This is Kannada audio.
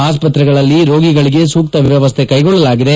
ಅಸ್ಪತ್ರೆಗಳಲ್ಲಿ ರೋಗಿಗಳಿಗೆ ಸೂಕ್ತ ವ್ಯವಸ್ಥೆ ಕೈಗೊಳ್ಳಲಾಗಿದೆ